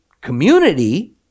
community